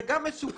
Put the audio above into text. זה גם מסוכן,